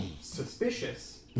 suspicious